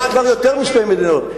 יש כבר יותר משתי מדינות.